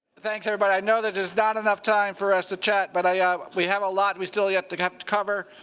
thanks, everybody. i know that there's not enough time for us to chat, but ah we have a lot we still yet to have to cover.